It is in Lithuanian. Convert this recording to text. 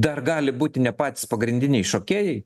dar gali būti ne patys pagrindiniai šokėjai